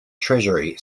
treasury